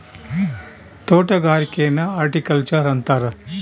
ತೊಟಗಾರಿಕೆನ horticulture ಅಂತಾರ